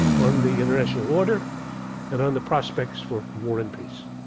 on the international order and on the prospects for war and peace.